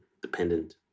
dependent